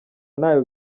ntayo